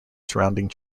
surrounding